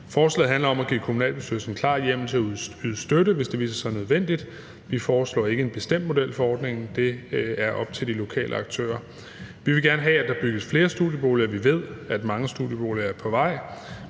Forslaget handler om at give kommunalbestyrelsen klar hjemmel til at yde støtte, hvis det viser sig nødvendigt. Vi foreslår ikke en bestemt model for ordningen; det er op til de lokale aktører. Vi vil gerne have, at der bygges flere studieboliger. Vi ved, at mange studieboliger er på vej,